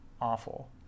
awful